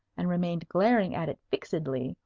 and remained glaring at it fixedly,